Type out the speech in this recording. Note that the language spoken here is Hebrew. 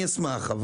אני אשמח.